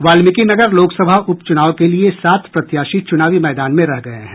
वाल्मिकी नगर लोकसभा उप चुनाव के लिए सात प्रत्याशी चुनावी मैदान में रह गये हैं